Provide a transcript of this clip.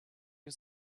you